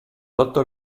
tolto